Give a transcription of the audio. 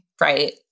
right